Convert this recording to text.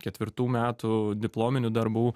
ketvirtų metų diplominių darbų